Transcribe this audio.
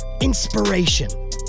inspiration